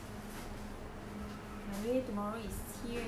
by the way tomorrow is 七月